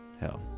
hell